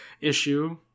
issue